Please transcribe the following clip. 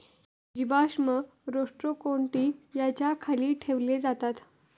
जीवाश्म रोस्ट्रोकोन्टि याच्या खाली ठेवले जातात